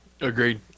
Agreed